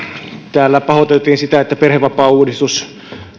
täällä pahoiteltiin sitä että perhevapaauudistus